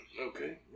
Okay